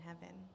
heaven